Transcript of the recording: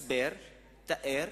הסבר, תאר,